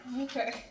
Okay